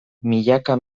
milaka